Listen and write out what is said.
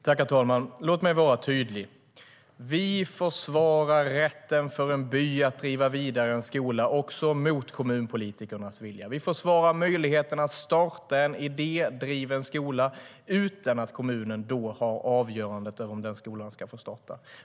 STYLEREF Kantrubrik \* MERGEFORMAT Svar på interpellationerHerr talman! Låt mig vara tydlig! Vi försvarar rätten för en by att driva vidare en skola, också mot kommunpolitikernas vilja. Vi försvarar möjligheten att starta en idédriven skola utan att kommunen har avgörandet över om den skolan ska få starta.